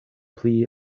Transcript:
pli